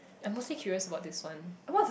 I am mostly curious about this one